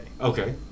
Okay